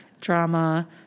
drama